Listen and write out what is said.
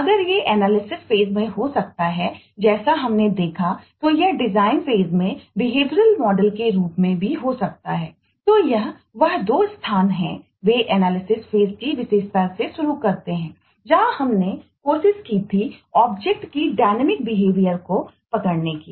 अब यह अलग अलग स्थान है जहां पर सीक्वेंस डायग्राम को पकड़ने की